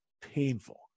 painful